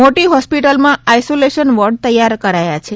મોટી હોસ્પિટલમાં isolation ward તૈયાર કરાયા છે